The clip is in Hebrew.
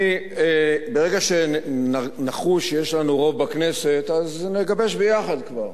ברגע שנחוש שיש לנו רוב בכנסת נגבש ביחד כבר